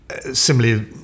similarly